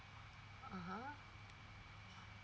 (uh huh)